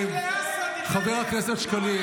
על אפכם ועל חמתכם.